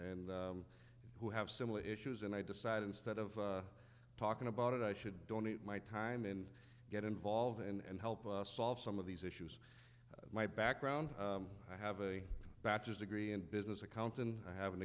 and who have similar issues and i decide instead of talking about it i should donate my time and get involved and help solve some of these issues my background i have a bachelor's degree in business account and i have an